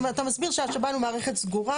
אתה מסביר שהשב"ן הוא מערכת סגורה,